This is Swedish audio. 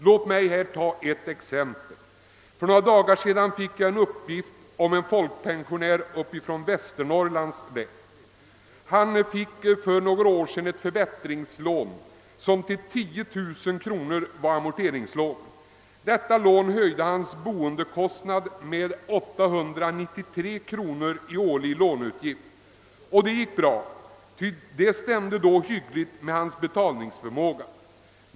Jag vill där ta ett exempel. Jag fick häromdagen höra talas om en pensionär i Västernorrlands län. För några år sedan fick han ett förbättringslån som till 10 000 kronor var amorteringslån. Detta höjde hans boendekostnad med 893 kronor i årlig låneutgift. Det gick bra då, ty det stämde hyggligt med hans betalningsförmåga.